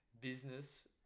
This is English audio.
business